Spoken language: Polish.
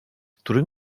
który